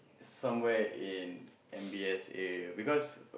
somewhere in M_B_S area because